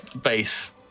base